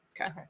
Okay